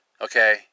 Okay